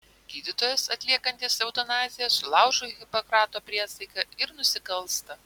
gydytojas atliekantis eutanaziją sulaužo hipokrato priesaiką ir nusikalsta